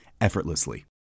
effortlessly